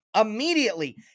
immediately